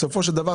בסופו של דבר,